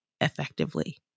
effectively